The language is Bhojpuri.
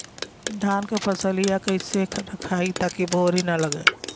धान क फसलिया कईसे रखाई ताकि भुवरी न लगे?